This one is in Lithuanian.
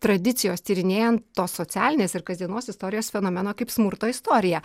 tradicijos tyrinėjant tos socialinės ir kasdienos istorijos fenomeno kaip smurto istoriją